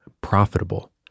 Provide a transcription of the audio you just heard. profitable